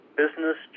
business